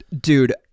dude